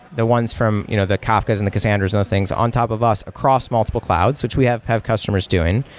the ones from you know the kafkas and the cassandras and those things on top of us across multiple clouds, which we have have customers doing,